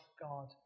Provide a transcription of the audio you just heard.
God